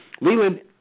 Leland